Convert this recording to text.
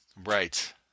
Right